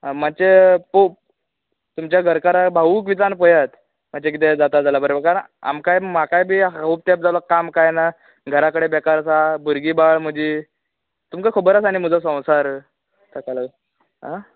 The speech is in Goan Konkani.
आ म्हाजे खूब तुमच्या घरकाराक भावूक विचार आनी पळयात म्हणजे कितें जाता जाल्यार बरें कारण आमकाय म्हाकाय बी खूब तेंप जालो काम कांय ना घरा कडेन बेकार आसा भुरगीबाळ म्हजी तुमकां खबर आसा नी म्हजो संवसार आ